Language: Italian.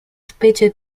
specie